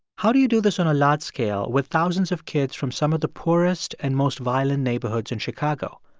how do you do this on a large scale with thousands of kids from some of the poorest and most violent neighborhoods in chicago?